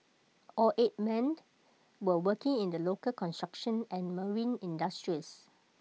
all eight men were working in the local construction and marine industries